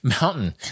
mountain